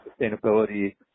sustainability